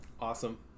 Awesome